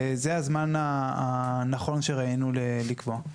וזה הזמן הנכון שראינו לקבוע.